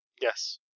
Yes